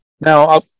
Now